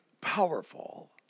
powerful